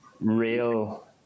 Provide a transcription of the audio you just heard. real